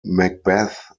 macbeth